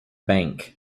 bank